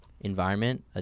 environment